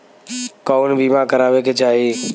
कउन बीमा करावें के चाही?